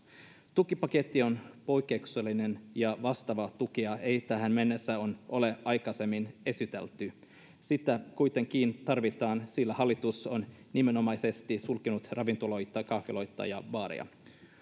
tukipaketti on poikkeuksellinen ja vastaavaa tukea ei tähän mennessä ole aikaisemmin esitelty sitä kuitenkin tarvitaan sillä hallitus on sulkenut nimenomaisesti ravintoloita kahviloita ja baareja